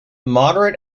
moderate